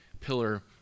pillar